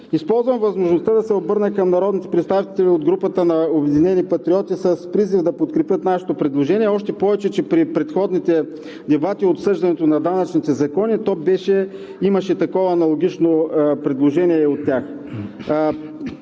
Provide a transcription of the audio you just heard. Използвам възможността да се обърна към народните представители от групата на „Обединени патриоти“ с призив да подкрепят нашето предложение, още повече че при предходните дебати за обсъждането на данъчните закони имаше такова аналогично предложение и от тях.